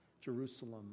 Jerusalem